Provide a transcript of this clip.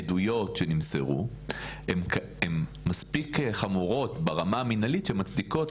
עדויות שנמסרו הן מספיק חמורות ברמה המנהלית שמצדיקות